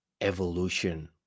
evolution